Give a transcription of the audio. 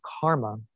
Karma